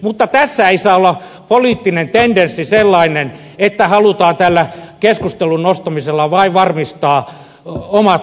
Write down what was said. mutta tässä ei saa olla poliittinen tendenssi sellainen että halutaan tällä keskusteluun nostamisella vain varmistaa omat asemat